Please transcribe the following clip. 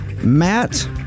Matt